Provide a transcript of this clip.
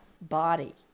body